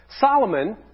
Solomon